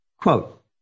quote